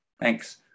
Thanks